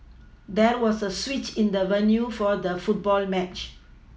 there was a switch in the venue for the football match